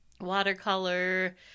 watercolor